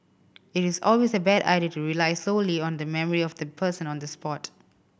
it is always a bad idea to rely solely on the memory of the person on the spot